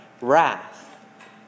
wrath